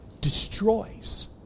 destroys